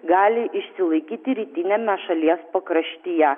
gali išsilaikyti rytiniame šalies pakraštyje